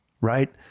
right